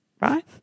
right